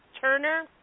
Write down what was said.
Turner